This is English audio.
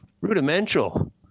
Rudimental